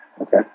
Okay